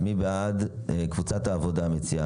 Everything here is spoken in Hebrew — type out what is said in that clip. מי בעד ההסתייגות של חברת הכנסת טטיאנה מזרסקי,